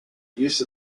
use